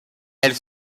elle